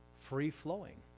free-flowing